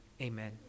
Amen